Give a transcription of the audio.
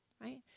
right